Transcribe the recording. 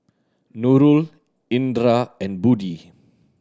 Nurul Indra and Budi